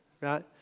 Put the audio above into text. right